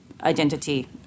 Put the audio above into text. identity